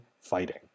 fighting